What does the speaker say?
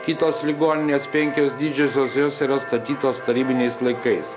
kitos ligoninės penkios didžiosios jos yra statytos tarybiniais laikais